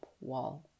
wall